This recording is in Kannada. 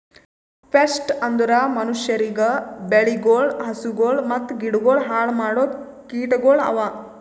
ಪೆಸ್ಟ್ ಅಂದುರ್ ಮನುಷ್ಯರಿಗ್, ಬೆಳಿಗೊಳ್, ಹಸುಗೊಳ್ ಮತ್ತ ಗಿಡಗೊಳ್ ಹಾಳ್ ಮಾಡೋ ಕೀಟಗೊಳ್ ಅವಾ